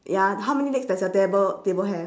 ya how many legs does your table table have